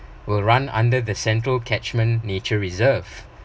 will run under the central catchment nature reserved